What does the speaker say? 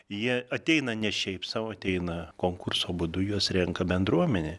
jie ateina ne šiaip sau ateina konkurso būdu juos renka bendruomenė